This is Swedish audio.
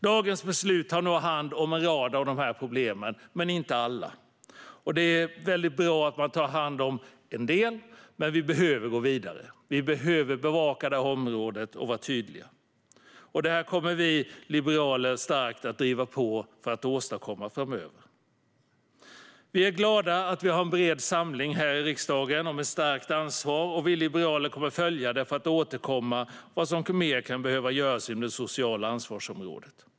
Dagens beslut tar hand om en rad av dessa problem men inte alla. Det är väldigt bra att man tar hand om en del, men vi behöver gå vidare. Vi behöver bevaka detta område och vara tydliga. Detta kommer vi liberaler starkt att driva på för att åstadkomma framöver. Vi är glada över att vi har en bred samling här i riksdagen om ett stärkt ansvar. Vi liberaler kommer att följa det och återkomma med vad som mer kan behöva göras inom det sociala ansvarsområdet.